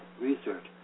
research